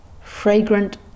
fragrant